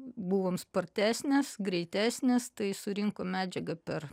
buvom spartesnės greitesnės tai surinkom medžiagą per